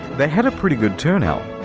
they had a pretty good turnout.